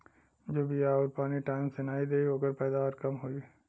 जे बिया आउर पानी टाइम से नाई देई ओकर पैदावार कम होई